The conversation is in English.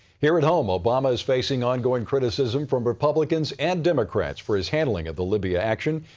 here at home, obama is facing ongoing criticism from republicans and democrats for his handling of the libya action.